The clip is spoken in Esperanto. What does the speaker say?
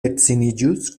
edziniĝus